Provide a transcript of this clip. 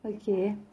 okay